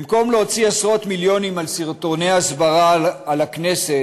במקום להוציא עשרות מיליונים על סרטוני הסברה על הכנסת,